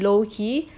sort of like